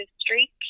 streak